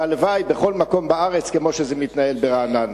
והלוואי שבכל מקום בארץ זה היה כמו שזה מתנהל ברעננה.